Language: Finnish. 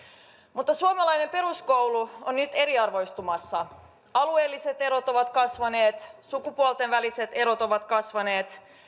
mutta suomalainen peruskoulu on nyt eriarvoistumassa alueelliset erot ovat kasvaneet sukupuolten väliset erot ovat kasvaneet